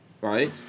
right